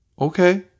okay